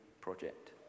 project